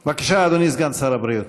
בבקשה, אדוני סגן שר הבריאות.